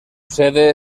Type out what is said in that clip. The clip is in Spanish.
sede